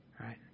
right